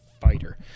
fighter